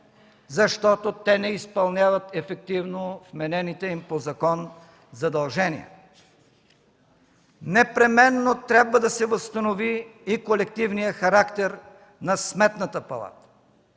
защото те не изпълняват ефективно вменените им по закон задължения. Непременно трябва да се възстанови и колективният характер на Сметната палата!